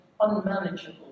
unmanageable